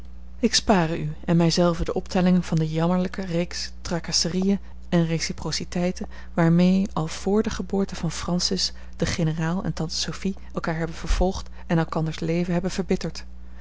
ik spare u en mij zelven de optelling van de jammerlijke reeks tracasseriën en reciprociteiten waarmee al vr de geboorte van francis de generaal en tante sophie elkaar hebben vervolgd en elkanders leven hebben verbitterd